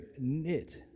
knit